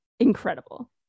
incredible